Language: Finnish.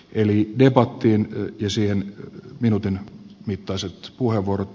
eli debattiin ja siihen minuutin mittaiset puheenvuorot